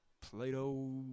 Plato